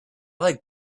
like